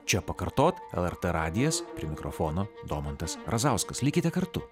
čia pakartot lrt radijas prie mikrofono domantas razauskas likite kartu